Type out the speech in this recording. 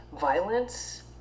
violence